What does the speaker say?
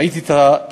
ראיתי את התלמידים